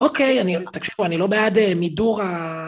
אוקיי, תקשיבו, אני לא בעד מידור ה...